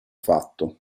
fatto